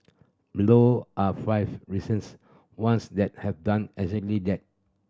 below are five ones that have done exactly that